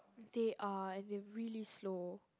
they are as in really slow